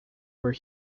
where